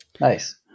Nice